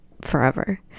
forever